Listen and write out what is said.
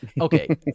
Okay